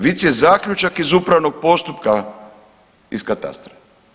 Vic je zaključak iz upravnog postupka iz katastra.